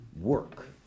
work